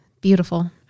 beautiful